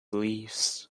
leaves